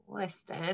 listed